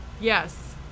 Yes